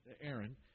Aaron